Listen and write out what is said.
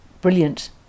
brilliant